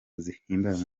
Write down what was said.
zihimbaza